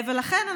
לכן,